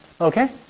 Okay